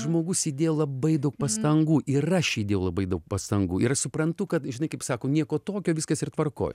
žmogus įdėjo labai daug pastangų ir aš įdėjau labai daug pastangų ir aš suprantu kad žinai kaip sako nieko tokio viskas yra tvarkoj